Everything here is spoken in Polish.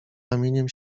ramieniem